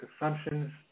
assumptions